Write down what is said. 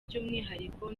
by’umwihariko